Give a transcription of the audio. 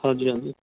ਹਾਂਜੀ ਹਾਂਜੀ